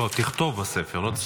לא, כשתכתוב בספר, אל תספר.